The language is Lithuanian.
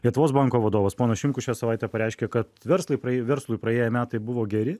lietuvos banko vadovas ponas šimkus šią savaitę pareiškė kad verslui praė verslui praėję metai buvo geri